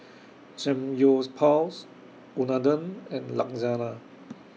Unadon and Lasagna